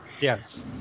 Yes